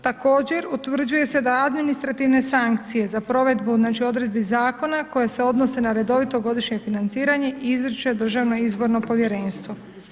Također, utvrđuje se da administrativne sankcije za provedbu odredbi zakona koje se odnose na redovito godišnje financiranje, izriče Državno izborno povjerenstvo.